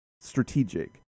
strategic